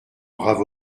brave